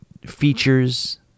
features